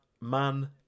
man